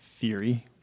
theory